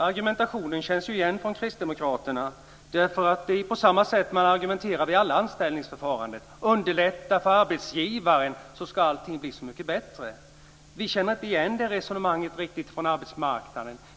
Fru talman! Argumentationen från kristdemokraterna känns igen. Det är nämligen på samma sätt man argumenterar vid alla anställningsförfaranden: Underlätta för arbetsgivaren, så ska allting bli så mycket bättre. Vi känner inte riktigt igen det resonemanget från arbetsmarknaden.